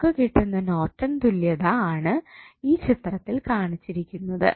നമുക്ക് കിട്ടുന്ന നോർട്ടൺ തുല്യത ആണ് ഈ ചിത്രത്തിൽ കാണിച്ചിരിക്കുന്നത്